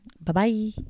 Bye-bye